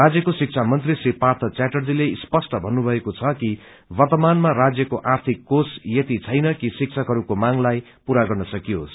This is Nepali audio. राज्यको शिक्षा मन्त्री श्री पाँथ च्याटर्जीले स्पष्ट भन्नुभएको छ कि वर्त्तमानमा राज्यको आर्थिक कोष यति छैन कि शिक्षकहरूको मांगलाई पूरा गर्न सकियोस्